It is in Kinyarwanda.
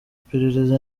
iperereza